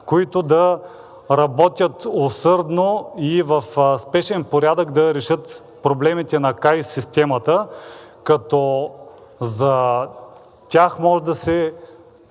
които да работят усърдно и в спешен порядък да решат проблемите на КАИС, като за тях може да се